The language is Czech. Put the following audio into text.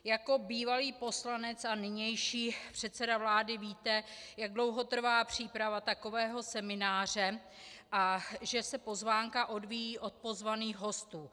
Jako bývalý poslanec a nynější předseda vlády víte, jak dlouho trvá příprava takového semináře a že se pozvánka odvíjí od pozvaných hostů.